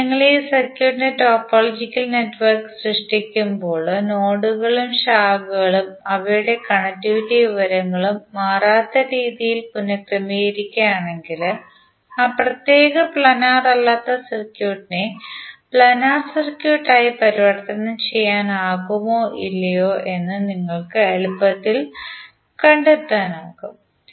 അതിനാൽ നിങ്ങൾ ഈ സർക്യൂട്ടിന്റെ ടോപ്പോളജിക്കൽ നെറ്റ്വർക്ക് സൃഷ്ടിക്കുമ്പോൾ നോഡുകളും ശാഖകളും അവയുടെ കണക്റ്റിവിറ്റി വിവരങ്ങളും മാറാത്ത രീതിയിൽ പുനർക്രമീകരിക്കുകയാണെങ്കിൽ ആ പ്രത്യേക പ്ലാനർ അല്ലാത്ത സർക്യൂട്ടിനെ പ്ലാനർ സർക്യൂട്ടായി പരിവർത്തനം ചെയ്യാനാകുമോ ഇല്ലയോ എന്ന് നിങ്ങൾക്ക് എളുപ്പത്തിൽ കണ്ടെത്താനാകും